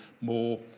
more